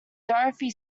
dorothy